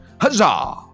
Huzzah